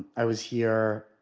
i was here,